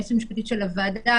היועצת המשפטית של הוועדה,